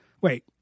wait